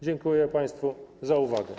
Dziękuję państwu za uwagę.